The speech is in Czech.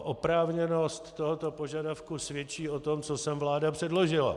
Oprávněnost tohoto požadavku svědčí o tom, co sem vláda předložila.